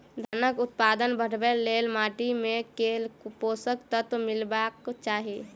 धानक उत्पादन बढ़ाबै लेल माटि मे केँ पोसक तत्व मिलेबाक चाहि?